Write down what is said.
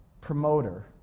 promoter